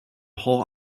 whole